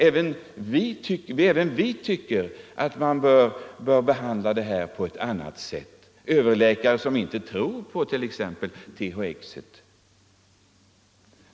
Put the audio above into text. Även vi tycker att man bör behandla den här frågan på ett annat sätt.” Det var en överläkare som inte tror på t.ex. THX.